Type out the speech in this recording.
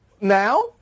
Now